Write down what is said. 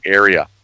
area